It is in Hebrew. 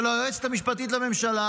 של היועצת המשפטית לממשלה,